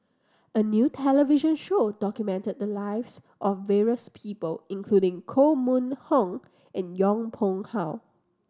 a new television show document the lives of various people including Koh Mun Hong and Yong Pung How